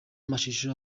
mashusho